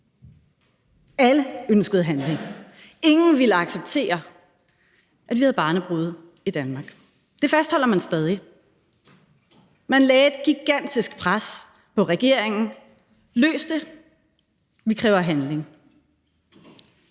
Alle ønskede handling; ingen ville acceptere, at vi havde barnebrude i Danmark. Det fastholder man stadig. Man lagde et gigantisk pres på regeringen: Løs det. Vi kræver handling.